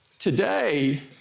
Today